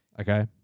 Okay